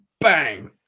bang